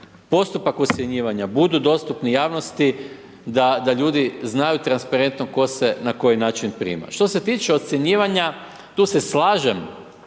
postupak ocjenjivanja budu dostupni javnosti da ljudi znaju transparentno tko se na koji način prima. Što se tiče ocjenjivanja tu se slažem